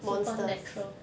supernatural